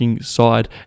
side